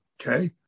Okay